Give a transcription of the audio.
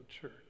church